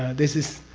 this is.